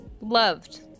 Loved